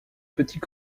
petits